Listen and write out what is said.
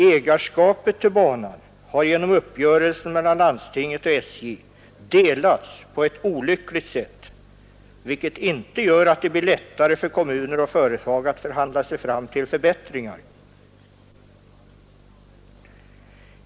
Ägarskapet till banan har genom uppgörelsen mellan landstinget och SJ delats på ett olyckligt sätt, vilket inte tycks göra det lättare för kommuner och företag att förhandla sig fram till förbättringar.